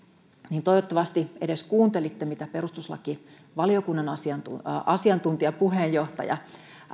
niin toivottavasti edes kuuntelitte mitä perustuslakivaliokunnan asiantuntijapuheenjohtaja